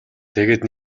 тэгээд